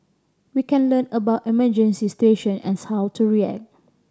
we can learn about emergency situation and how to react